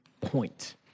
point